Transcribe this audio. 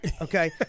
Okay